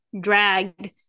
dragged